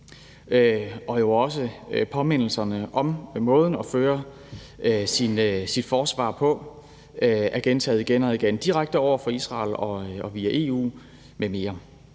igen. Også påmindelserne om måden at føre sit forsvar på er blevet gentaget igen og igen direkte over for Israel og via EU m.m.